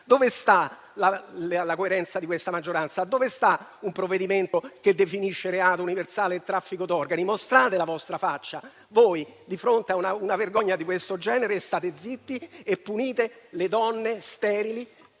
Dove sta la coerenza di questa maggioranza? Dove sta un provvedimento che definisce reato universale il traffico d'organi? Mostrate la vostra faccia. Voi, di fronte a una vergogna di questo genere, state zitti e punite le donne sterili,